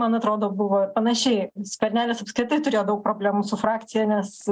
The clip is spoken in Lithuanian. man atrodo buvo ir panašiai skvernelis apskritai turėjo daug problemų su frakcija nes